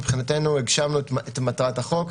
מבחינתנו הגשמנו את מטרת החוק.